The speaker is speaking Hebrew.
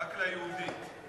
רק ליהודית.